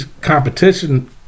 competition